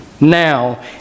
now